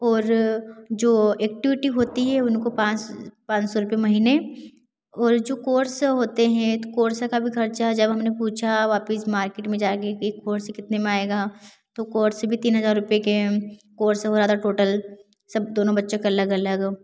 और जो एक्टिविटी होती है उनको पाँच पान सौ रूपये महीने और जो कोर्स होते हैं तो कोर्स का भी खर्चा जब हमने पूछा वापिस मार्केट में जाकर कि कोर्स कितने में आएगा तो कोर्स भी तीन हज़ार रूपये के है कोर्स हो रहा था टोटल सब दोनों बच्चों के अलग अलग